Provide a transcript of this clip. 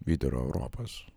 vidurio europos